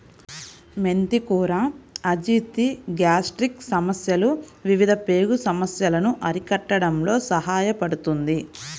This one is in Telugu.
మెంతి కూర అజీర్తి, గ్యాస్ట్రిక్ సమస్యలు, వివిధ పేగు సమస్యలను అరికట్టడంలో సహాయపడుతుంది